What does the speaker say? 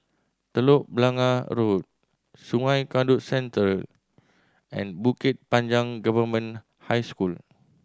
Telok Blangah Road Sungei Kadut Central and Bukit Panjang Government High School